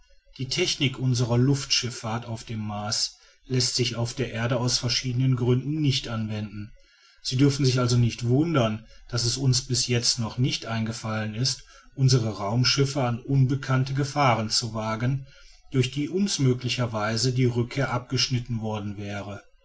die technik unserer luftschiffahrt auf dem mars läßt sich auf der erde aus verschiedenen gründen nicht anwenden sie dürfen sich also nicht wundern daß es uns bis jetzt noch nicht eingefallen ist unsre raumschiffe an unbekannte gefahren zu wagen durch die uns möglicherweise die rückkehr abgeschnitten worden wäre